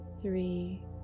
three